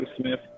Smith